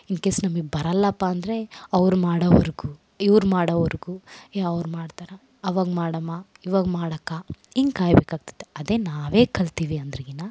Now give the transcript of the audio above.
in case ನಮಗೆ ಬರೊಲ್ಲಪ್ಪ ಅಂದರೆ ಅವ್ರು ಮಾಡೋವರೆಗು ಇವರು ಮಾಡೋವರೆಗು ಏ ಅವ್ರು ಮಾಡ್ತಾರ ಅವಾಗ ಮಾಡಮ್ಮ ಇವಾಗ ಮಾಡಕ್ಕ ಹಿಂಗ್ ಕಾಯಬೇಕಾಗ್ತದೆ ಅದೇ ನಾವೇ ಕಲ್ತೀವಿ ಅಂದ್ರಗಿನ